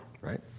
right